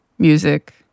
music